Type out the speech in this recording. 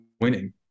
winning